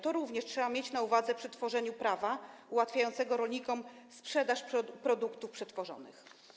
To również trzeba mieć na uwadze przy tworzeniu prawa ułatwiającego rolnikom sprzedaż produktów przetworzonych.